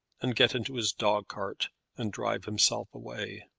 and get into his dog-cart and drive himself away.